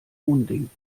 unding